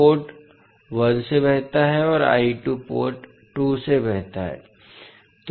port 1 से बहता है और पोर्ट 2 से बहता है